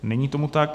Není tomu tak.